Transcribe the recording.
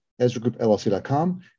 ezragroupllc.com